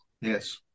yes